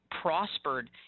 prospered